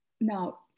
Now